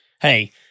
hey